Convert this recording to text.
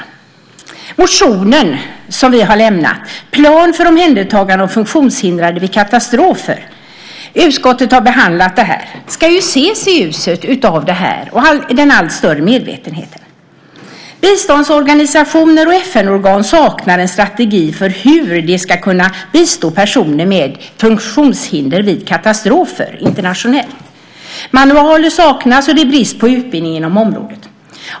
Den motion som vi har lämnat, Plan för omhändertagande av funktionshindrade vid katastrofer , som utskottet har behandlat, ska ses i ljuset av den allt större medvetenheten. Biståndsorganisationer och FN-organ saknar en strategi för hur de ska kunna bistå personer med funktionshinder vid katastrofer internationellt. Manualer saknas, och det är brist på utbildning på området.